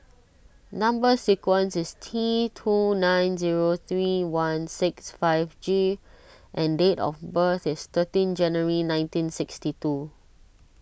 Number Sequence is T two nine zero three one six five G and date of birth is thirteen January nineteen sixtytwo